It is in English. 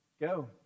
go